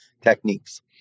techniques